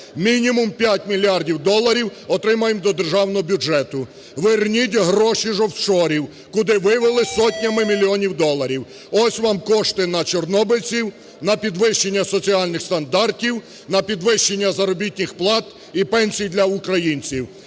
мінімум 5 мільярдів доларів отримаємо до державного бюджету. Верніть гроші з офшорів, куди вивели сотнями мільйонів доларів. Ось вам кошти на чорнобильців, на підвищення соціальних стандартів, на підвищення заробітних плат і пенсій для українців.